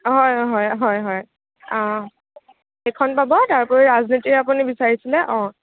হয় হয় হয় হয় সেইখন পাব তাৰ উপৰি ৰাজনীতিৰ আপুনি বিচাৰিছিলে অঁ